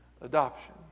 adoption